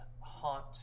haunt